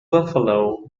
buffalo